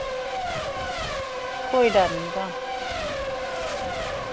कोई डर निं तां